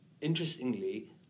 interestingly